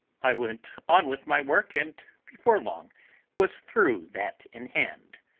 i went on with my work, and before long was through that in hand.